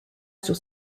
sur